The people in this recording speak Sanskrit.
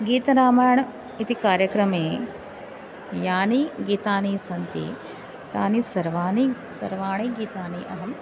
गीतरामायणम् इति कार्यक्रमे यानि गीतानि सन्ति तानि सर्वानि सर्वानि गीतानि अहम्